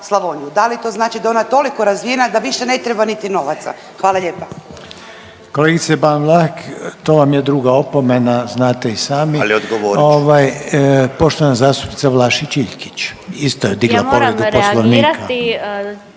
Da li to znači da je ona toliki razvijena da više ne treba niti novaca? Hvala lijepa.